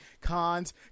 cons